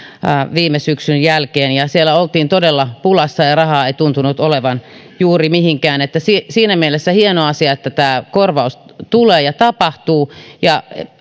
viime syksyn jälkeen ja siellä oltiin todella pulassa ja ja rahaa ei tuntunut olevan juuri mihinkään siinä siinä mielessä on hieno asia että tämä korvaus tulee ja tapahtuu ja